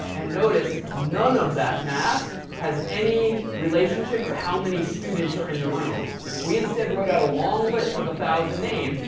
and notice none of that math has any relationship to how many students are in the room. if we instead wrote out a long list of one thousand names,